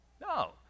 No